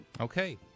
Okay